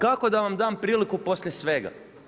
Kako da vam dam priliku poslije svega?